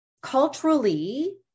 culturally